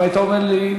אם היית אומר לי,